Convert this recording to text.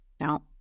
Now